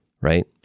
right